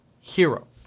hero